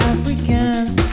Africans